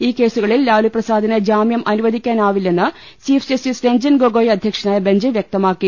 ഈ കേസുകളിൽ ലാലുപ്രസാദിന് ജാമൃം അനുവദിക്കാനാവില്ലെന്ന് ചീഫ് ജസ്റ്റിസ് രഞ്ചൻഗോഗോയ് അധ്യക്ഷനായ ബെഞ്ച് വ്യക്ത മാക്കി